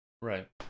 Right